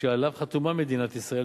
שעליו חתומה מדינת ישראל.